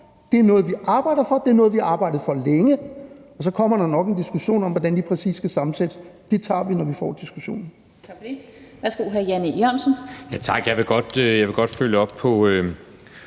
Det er noget, vi arbejder for, det er noget, vi har arbejdet for længe. Og så kommer der nok en diskussion om, hvordan de præcis skal sammensættes. Den tager vi, når vi får diskussionen. Kl. 13:32 Den fg. formand (Annette Lind): Tak for det.